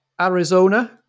Arizona